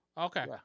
Okay